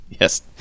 Yes